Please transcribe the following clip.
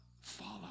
follow